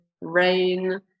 rain